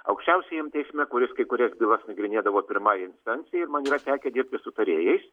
aukščiausiajam teisme kuris kai kurias bylas nagrinėdavo pirmąja instancija ir man yra tekę dirbti su tarėjais